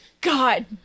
God